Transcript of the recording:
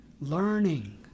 learning